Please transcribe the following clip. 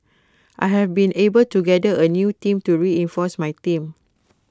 I have been able to gather A new team to reinforce my team